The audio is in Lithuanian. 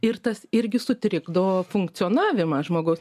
ir tas irgi sutrikdo funkcionavimą žmogus